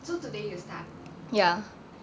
so today you start